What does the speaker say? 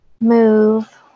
move